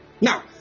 Now